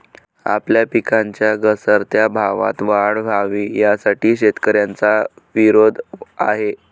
आपल्या पिकांच्या घसरत्या भावात वाढ व्हावी, यासाठी शेतकऱ्यांचा विरोध आहे